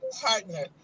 partner